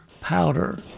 powder